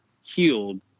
healed